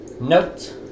Note